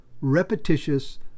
repetitious